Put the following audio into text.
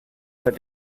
for